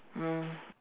mm